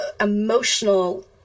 emotional